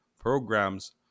programs